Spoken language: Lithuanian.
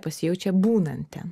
pasijaučia būnant ten